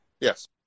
Yes